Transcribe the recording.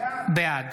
בעד